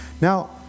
Now